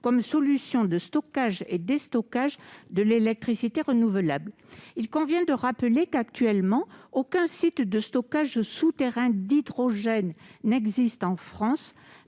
comme solution de stockage et de déstockage de l'électricité renouvelable. Il convient de rappeler qu'actuellement aucun site de stockage souterrain d'hydrogène n'existe en France,